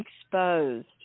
exposed